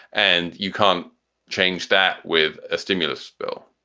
and you can't change that with a stimulus bill